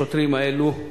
השוטרים האלו,